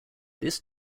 this